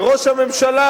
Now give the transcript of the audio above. שראש הממשלה,